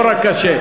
לא רק קשה.